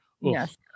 Yes